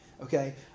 Okay